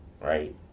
right